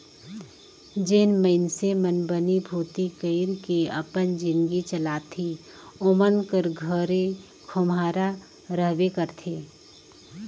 जेन मइनसे मन बनी भूती कइर के अपन जिनगी चलाथे ओमन कर घरे खोम्हरा रहबे करथे